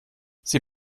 sie